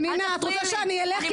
פנינה, את רוצה שאני אלך?